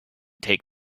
take